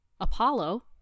Apollo